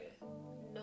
No